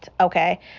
okay